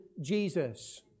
Jesus